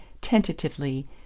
tentatively